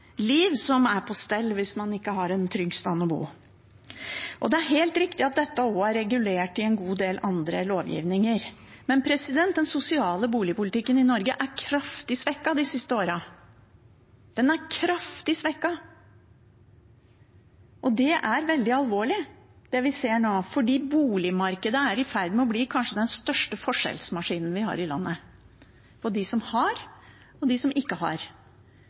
liv som er på stell hvis man ikke har et trygt sted å bo. Det er helt riktig at dette også er regulert i en god del annen lovgivning. Men den sosiale boligpolitikken i Norge er kraftig svekket de siste årene. Den er kraftig svekket, og det vi ser nå, er veldig alvorlig, fordi boligmarkedet er i ferd med å bli kanskje den største forskjellsmaskinen vi har i landet, mellom dem som har, og dem som ikke har.